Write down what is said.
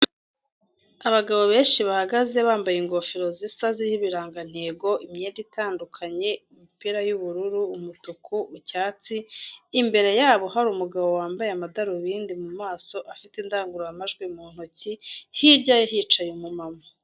Abagabo benshi bahagaze bambaye ingofero zisa ziriho ibirangantego, imyenda itandukanye imipira, y'ubururu, umutuku, icyatsi, imbere yabo hari umugabo wambaye amadarubindi mu maso afite indangururamajwi mu ntoki, hirya ye hicaye umumama.